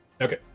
Okay